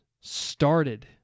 started